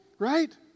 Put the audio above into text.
right